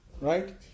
right